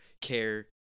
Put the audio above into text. care